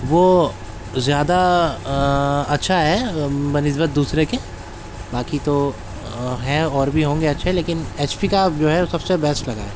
وہ زیادہ اچھا ہے بہ نسبت دوسرے کے باقی تو ہیں اور بھی ہوں گے اچھے لیکن ایچ پی کا جو ہے سب سے بیسٹ لگا ہے